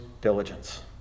diligence